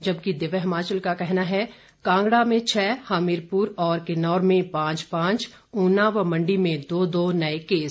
जबकि दिव्य हिमाचल का कहना है कांगड़ा में छह हमीरपुर और किन्नौर में पांच पांच ऊना व मंडी में दो दो नए केस